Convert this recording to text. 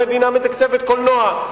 המדינה מתקצבת קולנוע.